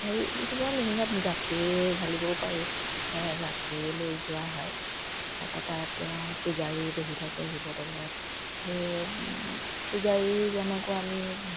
সেই শিৱ লিংগত গাখীৰ ঢালিবও পাৰি সেইকাৰণে গাখীৰ লৈ যোৱা হয় তাৰপা তাত পূজাৰী বহি থাকে শিৱদৌলত সেয়ে পূজাৰীজনকো আমি